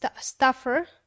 Stuffer